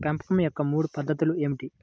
పెంపకం యొక్క మూడు పద్ధతులు ఏమిటీ?